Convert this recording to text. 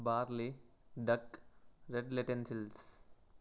barley duck red lentils